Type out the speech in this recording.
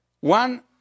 One